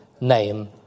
name